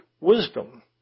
wisdom